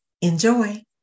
Enjoy